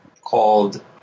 called